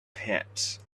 pit